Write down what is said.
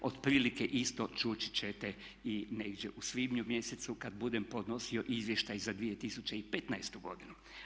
Otprilike isto čuti ćete i negdje u svibnju mjesecu kad budem podnosio izvještaj za 2015. godinu.